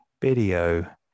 video